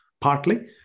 partly